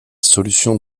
solution